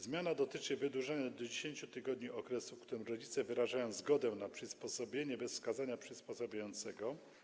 Zmiana dotyczy wydłużenia do 10 tygodni okresu, w którym rodzice wyrażają zgodę na przysposobienie bez wskazania przysposabiającego.